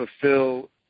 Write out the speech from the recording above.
fulfill